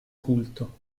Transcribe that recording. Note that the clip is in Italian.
culto